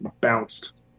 Bounced